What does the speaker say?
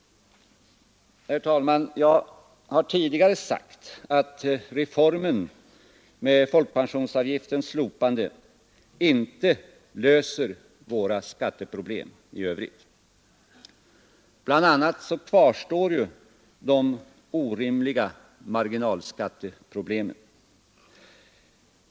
Herr talman! Jag har tidigare sagt att reformen med folkpensionsavgiftens slopande inte löser våra skatteproblem i övrigt. Bl. a. kvarstår ju de orimliga marginalskatteproblemen.